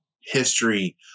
history